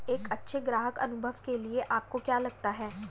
एक अच्छे ग्राहक अनुभव के लिए आपको क्या लगता है?